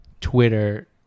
Twitter